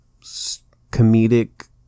comedic